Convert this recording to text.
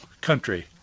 country